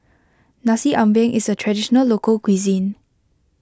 Nasi Ambeng is a Traditional Local Cuisine